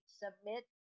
submit